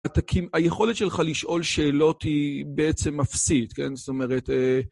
היכולת שלך לשאול שאלות היא בעצם אפסית, כן? זאת אומרת...